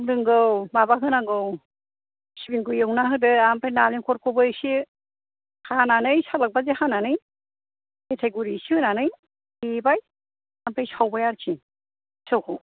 आं रोंगौ माबा होनांगौ सिबिंखौ एवनानै होदो ओमफ्राय नालेंखरखौबो एसे हानानै सालाद बायदि हानानै मेथाइ गुर एसे होनानै देबाय ओमफ्राय सावबाय आरोखि सिथावखौ